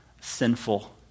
sinful